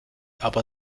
aber